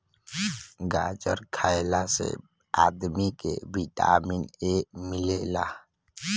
गाजर खइला से आदमी के विटामिन ए मिलेला